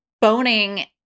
boning